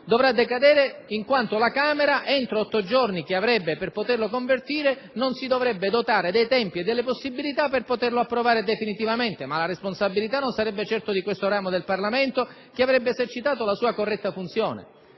- ciò accadrebbe in quanto la Camera entro gli otto giorni che avrebbe per poterlo convertire non si sarebbe dotata dei tempi e delle possibilità per approvarlo definitivamente, ma la responsabilità non sarebbe certo di questo ramo del Parlamento, che avrebbe esercitato la sua corretta funzione.